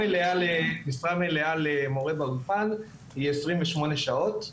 משרה מלאה למורה באולפן היא 28 שעות.